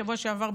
בשבוע שעבר,